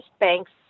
banks